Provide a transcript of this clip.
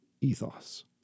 ethos